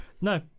No